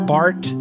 Bart